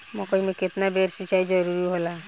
मकई मे केतना बेर सीचाई जरूरी होला?